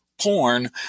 Porn